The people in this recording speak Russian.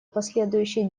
последующей